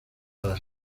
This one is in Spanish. las